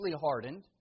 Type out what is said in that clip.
hardened